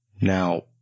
Now